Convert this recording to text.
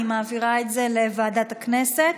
אני מעבירה את זה לוועדת הכנסת